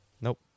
Nope